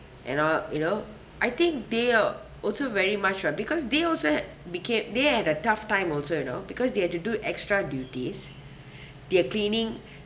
and all you know I think they are also very much one because they also had became they had a tough time also you know because they had to do extra duties their cleaning